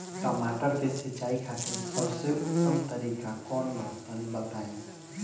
टमाटर के सिंचाई खातिर सबसे उत्तम तरीका कौंन बा तनि बताई?